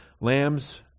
lambs